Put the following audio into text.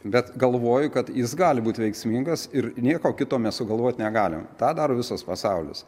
bet galvoju kad jis gali būt veiksmingas ir nieko kito mes sugalvot negalime tą daro visas pasaulis